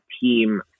team